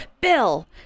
Bill